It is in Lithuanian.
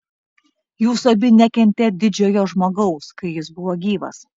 jūs abi nekentėt didžiojo žmogaus kai jis buvo gyvas